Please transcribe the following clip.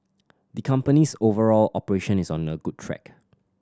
the company's overall operation is on a good track